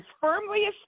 firmly